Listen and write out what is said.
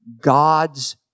God's